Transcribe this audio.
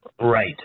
Right